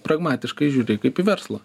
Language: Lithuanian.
pragmatiškai žiūri kaip į verslą